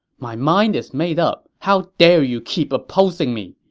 my mind is made up, how dare you keep opposing me!